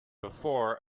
before